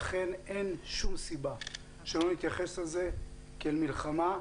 לכן, אין שום סיבה שלא נתייחס לזה כאל מלחמה,